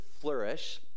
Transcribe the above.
flourish